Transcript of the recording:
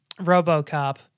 RoboCop